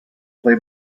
play